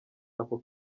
ako